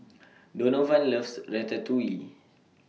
Donovan loves Ratatouille